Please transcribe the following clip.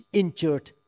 injured